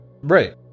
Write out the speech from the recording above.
right